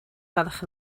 gwelwch